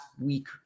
week